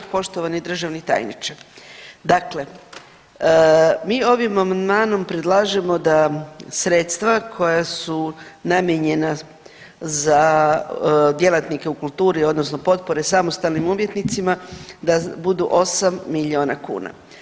Poštovani državni tajniče, dakle mi ovim amandmanom predlažemo da sredstva koja su namijenjena za djelatnike u kulturi odnosno potpore samostalnim umjetnicima da budu 8 miliona kuna.